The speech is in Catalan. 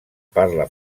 parla